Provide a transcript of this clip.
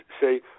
say